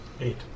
Eight